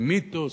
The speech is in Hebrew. היא מיתוס,